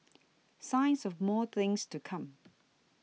signs of more things to come